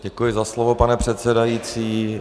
Děkuji za slovo, pane předsedající.